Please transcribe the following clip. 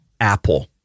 Apple